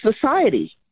society